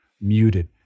muted